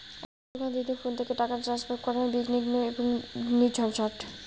এখনকার দিনে ফোন থেকে টাকা ট্রান্সফার করা নির্বিঘ্ন এবং নির্ঝঞ্ঝাট